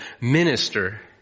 minister